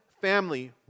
family